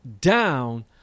down